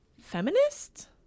feminist